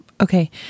Okay